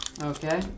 Okay